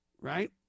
Right